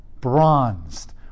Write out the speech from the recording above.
bronzed